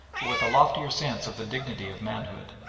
but with a loftier sense of the dignity of manhood,